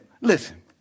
listen